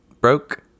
broke